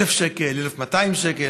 1,000 שקל, 1,200 שקל.